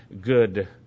good